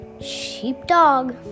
sheepdog